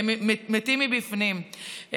הם מתים מבפנים.